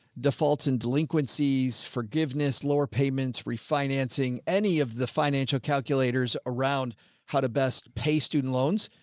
defaults and delinquencies, forgiveness, lower payments, refinancing, any of the financial calculators around how to best pay student loans,